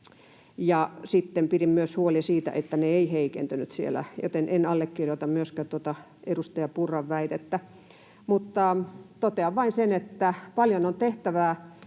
pidin myös huolen siitä, että ne eivät heikentyneet siellä, joten en allekirjoita myöskään tuota edustaja Purran väitettä. Mutta totean vain sen, että paljon on tehtävää